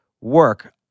work